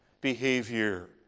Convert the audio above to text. behavior